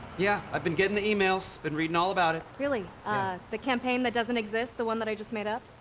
yeah. i've been getting the emails. been reading all about it. really? ah the campaign that doesn't exist? the one that i just made up?